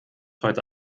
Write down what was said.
heute